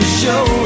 Show